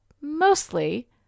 mostly